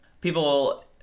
People